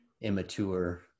immature